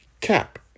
cap